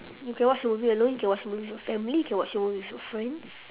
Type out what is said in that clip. you can watch movie alone you can watch movie with family you can watch movie with your friends